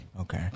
Okay